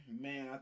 Man